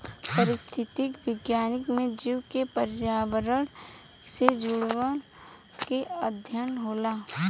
पारिस्थितिक विज्ञान में जीव के पर्यावरण से जुड़ाव के अध्ययन होला